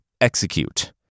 execute